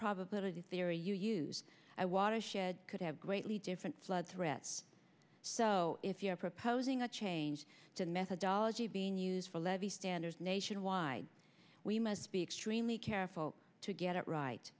probability theory you use i watershed could have greatly different flood threats so if you are proposing a change to the methodology being used for levee standards nationwide we must be extremely careful to get it right